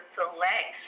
select